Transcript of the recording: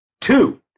Two